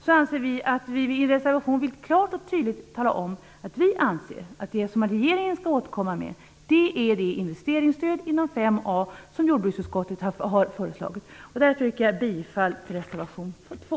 Vi vill därför i en reservation klart och tydligt tala om att vi anser att det som regeringen skall återkomma med är det investeringsstöd inom ramen för mål 5a som jordbruksutskottet har föreslagit. Jag yrkar därför bifall till reservation 2.